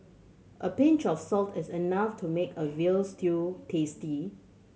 a pinch of salt is enough to make a veal stew tasty